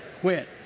quit